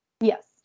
Yes